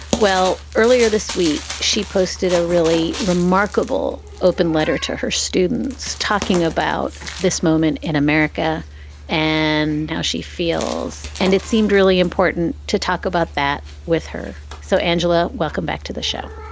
well, earlier this week, she posted a really remarkable open letter to her students talking about this moment in america and how she feels. and it seemed really important to talk about that with her. so, angela, welcome back to the show.